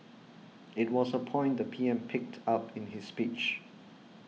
it was a point the P M picked up in his speech